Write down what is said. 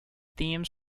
themes